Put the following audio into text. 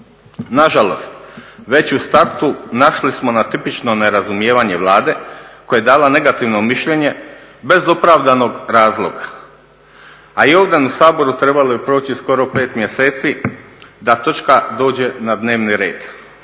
Nažalost već i u startu našli smo na tipično nerazumijevanje Vlade koja je dala negativno mišljenje bez opravdanog zakona. A i ovdje u Saboru trebalo je proći skoro pet mjeseci da točka dođe na dnevni red.